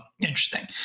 interesting